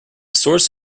source